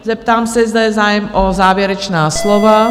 Zeptám se, zda je zájem o závěrečná slova?